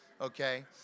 Okay